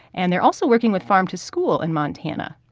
and they're also working with farm-to-school in montana,